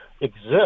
exist